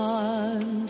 one